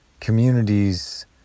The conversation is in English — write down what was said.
communities